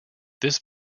this